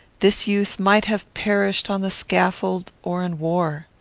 this youth might have perished on the scaffold or in war.